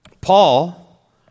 Paul